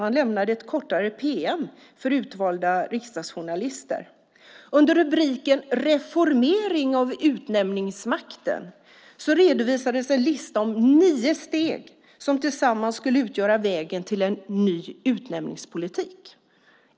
Han lämnade ett kortare pm till utvalda riksdagsjournalister. Under rubriken "Reformering av utnämningsmakten" redovisades en lista om nio steg som tillsammans skulle utgöra vägen till en ny utnämningspolitik.